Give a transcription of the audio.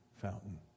fountain